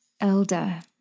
Elder